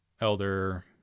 Elder